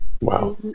Wow